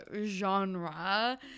genre